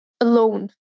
alone